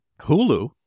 Hulu